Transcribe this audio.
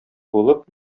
булып